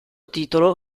titolo